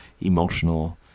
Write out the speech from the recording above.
emotional